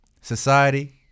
society